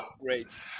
great